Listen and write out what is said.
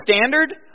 standard